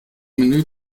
menü